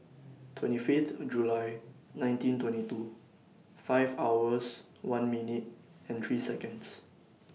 twenty Fifth July nineteen twenty two five hours one minute and three Seconds